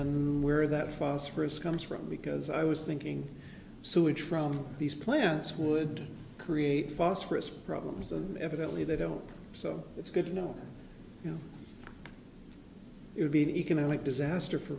and where that phosphorus comes from because i was thinking sewage from these plants would create phosphorous problems and evidently they don't so it's good to know you know it would be an economic disaster for